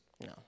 No